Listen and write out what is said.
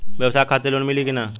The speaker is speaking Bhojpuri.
ब्यवसाय खातिर लोन मिली कि ना?